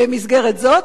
במסגרת זו,